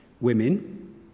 Women